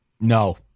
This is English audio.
No